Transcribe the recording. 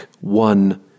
one